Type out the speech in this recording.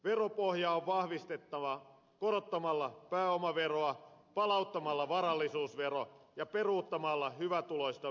veropohjaa on vahvistettava korottamalla pääomaveroa palauttamalla varallisuusvero ja peruuttamalla hyvätuloisten veronalennukset